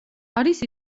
არის